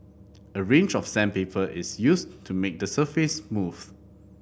a range of sandpaper is used to make the surface smooth